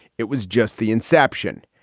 it was just the inception.